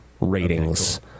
Ratings